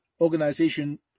organization